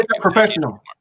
professional